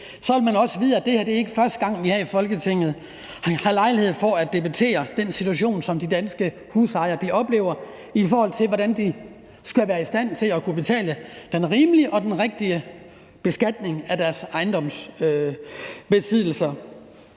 vil man også vide, at det ikke er første gang, vi her i Folketinget har lejlighed til at debattere den situation, som de danske husejere oplever, i forhold til hvordan de skal være i stand til at betale den rimelige og den rigtige skat af deres ejendomsbesiddelser.